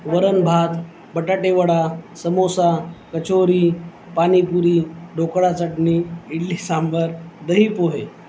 वरण भात बटाटेवडा समोसा कचोरी पाणीपुरी ढोकळा चटणी इडली सांबर दही पोहे